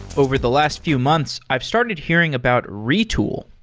over the last few months, i've started hearing about retool.